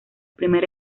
primer